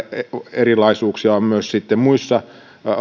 erilaisuuksia on myös muissa